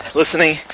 listening